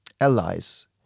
allies